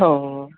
हो